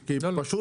זה שונה.